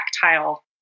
tactile